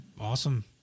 awesome